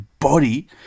body